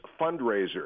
fundraiser